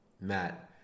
Matt